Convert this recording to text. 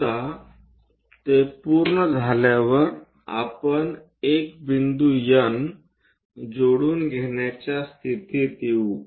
एकदा ते पूर्ण झाल्यावर आपण एक बिंदू N जोडून घेण्याचा स्थितीत येऊ